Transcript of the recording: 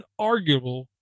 unarguable